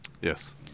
Yes